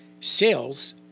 Sales